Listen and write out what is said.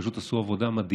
הם פשוט עשו עבודה מדהימה.